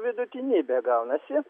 vidutinybė gaunasi